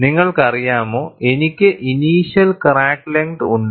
നിങ്ങൾക്കറിയാമോ എനിക്ക് initial crack length ഉണ്ട്